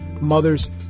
Mothers